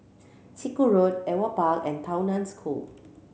Chiku Road Ewart Park and Tao Nan School